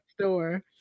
store